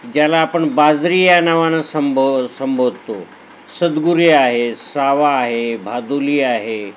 ज्याला आपण बाजरी या नावानं संबो संबोधतो सदगुरी आहे सावा आहे भादुली आहे